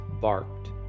barked